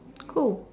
cool